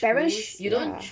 parents sh~ ya